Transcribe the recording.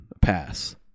Pass